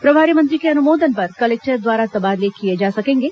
प्रभारी मंत्री के अनुमोदन पर कलेक्टर द्वारा तबादले किए जा सकेंगे